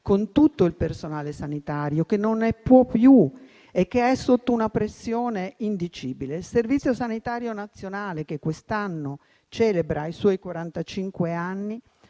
con tutto il personale sanitario, che non ne può più e che è sotto una pressione indicibile. Il Servizio sanitario nazionale, che quest'anno celebra i suoi